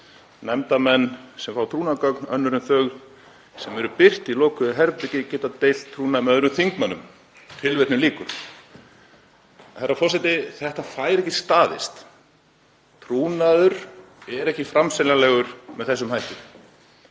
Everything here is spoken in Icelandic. Nefndarmenn sem fá trúnaðargögn önnur en þau sem eru birt í lokuðu herbergi geta deilt trúnaði með öðrum þingmönnum.“ Herra forseti. Þetta fær ekki staðist. Trúnaður er ekki framseljanlegur með þessum hætti.